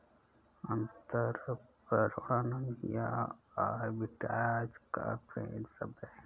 अंतरपणन या आर्बिट्राज एक फ्रेंच शब्द है